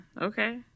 okay